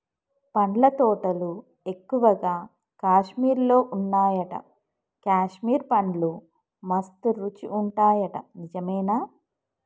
పండ్ల తోటలు ఎక్కువగా కాశ్మీర్ లో వున్నాయట, కాశ్మీర్ పండ్లు మస్త్ రుచి ఉంటాయట నిజమేనా